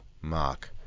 Mark